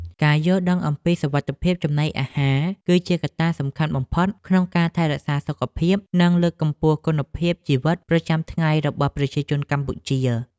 ការយល់ដឹងអំពីសុវត្ថិភាពចំណីអាហារ គឺជាកត្តាសំខាន់បំផុតក្នុងការថែរក្សាសុខភាព និងលើកកម្ពស់គុណភាពជីវិតប្រចាំថ្ងៃរបស់ប្រជាជនកម្ពុជា។